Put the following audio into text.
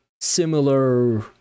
similar